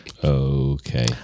Okay